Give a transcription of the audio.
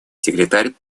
секретарь